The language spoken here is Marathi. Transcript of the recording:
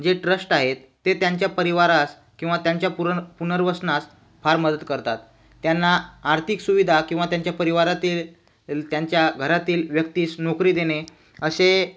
जे ट्रस्ट आहे ते त्यांच्या परिवारास किंवा त्यांच्या पुरण पुनर्वसनास फार मदत करतात त्यांना आर्थिक सुविधा किंवा त्यांच्या परिवारातील इल त्यांच्या घरातील व्यक्तीस नोकरी देणे असे